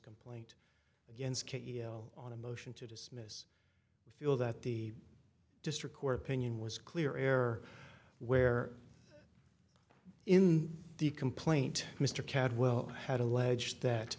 complaint against k l on a motion to dismiss feel that the district court opinion was clear air where in the complaint mr cadwell had alleged that